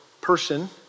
person